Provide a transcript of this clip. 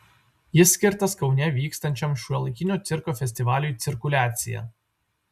jis skirtas kaune vykstančiam šiuolaikinio cirko festivaliui cirkuliacija